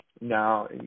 now